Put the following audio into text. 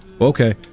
Okay